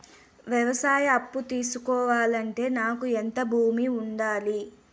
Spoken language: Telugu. వ్యవసాయ అప్పు తీసుకోవాలంటే నాకు ఎంత భూమి ఉండాలి?